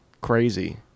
crazy